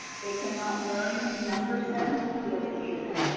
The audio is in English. they cannot learn number sense through ah computer.